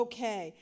Okay